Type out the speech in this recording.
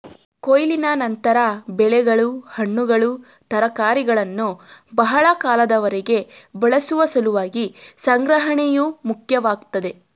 ಕೊಯ್ಲಿನ ನಂತರ ಬೆಳೆಗಳು ಹಣ್ಣುಗಳು ತರಕಾರಿಗಳನ್ನು ಬಹಳ ಕಾಲದವರೆಗೆ ಬಳಸುವ ಸಲುವಾಗಿ ಸಂಗ್ರಹಣೆಯು ಮುಖ್ಯವಾಗ್ತದೆ